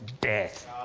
death